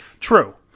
True